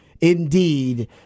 indeed